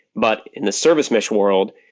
but in the service mesh world,